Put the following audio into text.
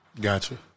Gotcha